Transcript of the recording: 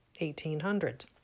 1800s